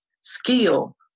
skill